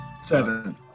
seven